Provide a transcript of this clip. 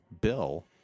bill